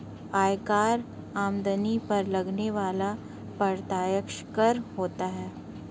आयकर आमदनी पर लगने वाला प्रत्यक्ष कर होता है